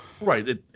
Right